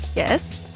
yes,